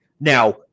Now